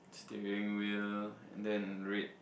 steering wheel then red